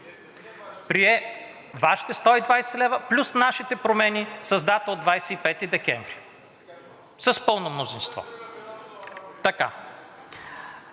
Прие Вашите 120 лв. плюс нашите промени с дата от 25 декември с пълно мнозинство.